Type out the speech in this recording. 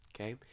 okay